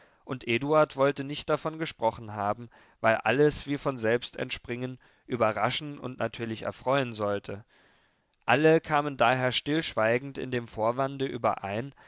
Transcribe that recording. und eduard wollte nicht davon gesprochen haben weil alles wie von selbst entspringen überraschen und natürlich erfreuen sollte alle kamen daher stillschweigend in dem vorwande überein